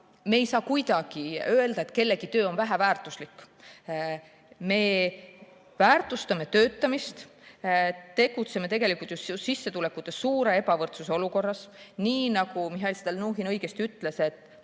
Me ei saa kuidagi öelda, et kellegi töö on väheväärtuslik. Me väärtustame töötamist. Me tegutseme tegelikult just sissetulekute suure ebavõrdsuse olukorras. Nii nagu Mihhail Stalnuhhin õigesti ütles,